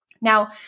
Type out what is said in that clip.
Now